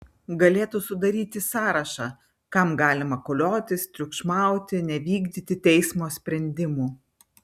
galėtų sudaryti sąrašą kam galima koliotis triukšmauti nevykdyti teismo sprendimų